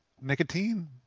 Nicotine